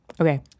Okay